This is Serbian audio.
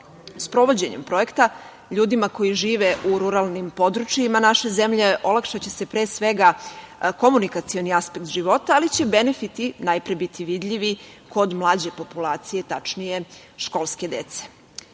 Sprovođenjem projekta ljudima koji žive u ruralnim područjima naše zemlje olakšaće se pre svega komunikacioni aspekt života, ali će benefiti najpre biti vidljivi kod mlađe populacije, tačnije školske